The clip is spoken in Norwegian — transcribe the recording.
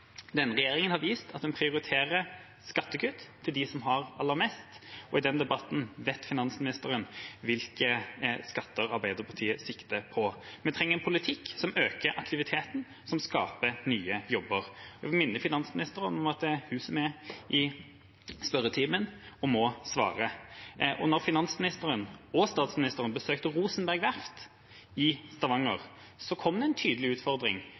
har vist at den prioriterer skattekutt til dem som har aller mest, og i den debatten vet finansministeren hvilke skatter Arbeiderpartiet sikter til. Vi trenger en politikk som øker aktiviteten, som skaper nye jobber. Jeg vil minne finansministeren om at det er hun som er i spørretimen og må svare. Da finansministeren og statsministeren besøkte Rosenberg Verft i Stavanger, kom det en tydelig utfordring